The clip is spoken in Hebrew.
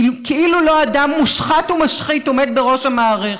כאילו לא אדם מושחת ומשחית עומד בראש המערכת.